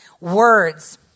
Words